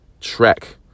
track